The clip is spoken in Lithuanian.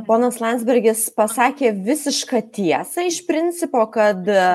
ponas landsbergis pasakė visišką tiesą iš principo kad